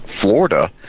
Florida